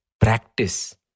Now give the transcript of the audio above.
practice